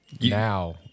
Now